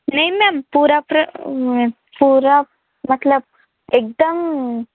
नहीं मैंम पूरा पूरा मतलब एक दम